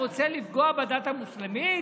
רוצה לפגוע בדת המוסלמית?